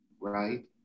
right